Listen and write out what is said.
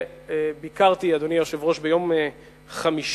ביקרתי, אדוני היושב-ראש, ביום חמישי